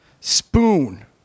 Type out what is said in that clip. Spoon